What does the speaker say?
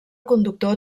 conductor